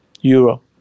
euro